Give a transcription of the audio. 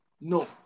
No